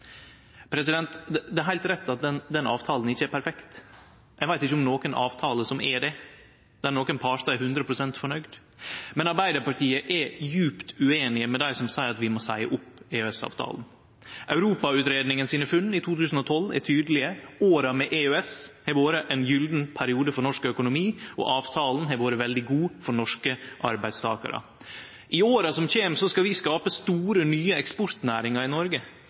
Det er heilt rett at den avtala ikkje er perfekt. Eg veit ikkje om noka avtale som er det, der nokon partar er 100 pst. fornøgd. Men Arbeidarpartiet er djupt ueinig med dei som seier at vi må seie opp EØS-avtala. Europautredningens funn frå 2012 er tydelege: Åra med EØS har vore ein gyllen periode for norsk økonomi, og avtala har vore veldig god for norske arbeidstakarar. I åra som kjem, skal vi skape store, nye eksportnæringar i Noreg.